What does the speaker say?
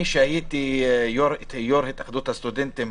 אני, כשהייתי יו"ר התאחדות הסטודנטים